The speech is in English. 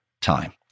time